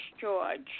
George